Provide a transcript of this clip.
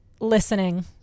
listening